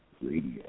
Radio